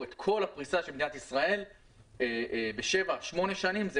את כל הפריסה של מדינת ישראל בשבע שמונה שנים.